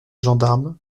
gendarme